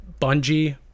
bungie